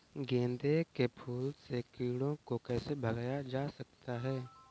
गेंदे के फूल से कीड़ों को कैसे भगाया जा सकता है?